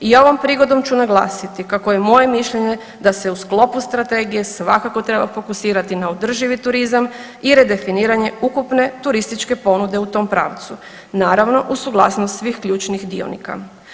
I ovom prigodom ću naglasiti kako je moje mišljenje da se u sklopu strategije svakako treba fokusirati na održivi turizam i redefiniranje ukupne turističke ponude u tom pravcu, naravno uz suglasnost svih ključnih dionika.